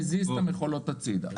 מזיז את המכולות הצידה.